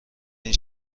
این